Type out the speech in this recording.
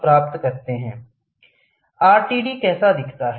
एक आरटीडी कैसा दिखता है